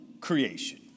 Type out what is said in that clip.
creation